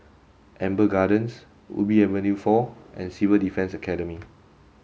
Amber Gardens Ubi Avenue four and Civil Defence Academy